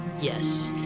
Yes